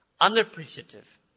Unappreciative